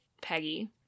Peggy